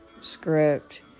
script